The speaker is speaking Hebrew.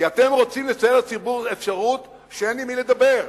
כי אתם רוצים לצייר לציבור אפשרות שאין עם מי לדבר,